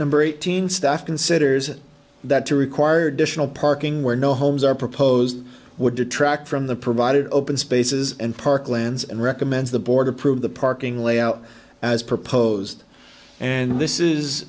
number eighteen staff considers that to require dish no parking where no homes are proposed would detract from the provided open spaces and park lands and recommends the board approve the parking layout as proposed and this is